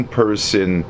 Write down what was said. person